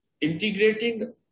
integrating